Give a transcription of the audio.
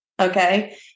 Okay